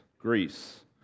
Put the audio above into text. Greece